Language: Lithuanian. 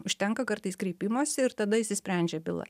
užtenka kartais kreipimosi ir tada išsisprendžia byla